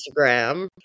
Instagram